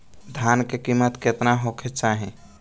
धान के किमत केतना होखे चाही?